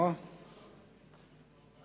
(תיקון מס' 32) (תיקון) (דחיית המועד